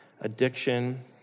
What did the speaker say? addiction